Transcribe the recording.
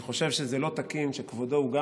אני חושב שזה לא תקין שכבודו הוא גם